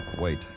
Wait